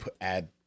add